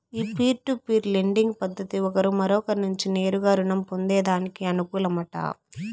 ఈ peer to peer lending పద్దతి ఒకరు మరొకరి నుంచి నేరుగా రుణం పొందేదానికి అనుకూలమట